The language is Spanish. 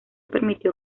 permitió